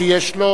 שיש לו